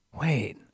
wait